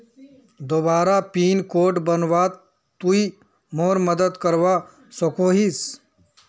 दोबारा pin code बनवात तुई मोर मदद करवा सकोहिस?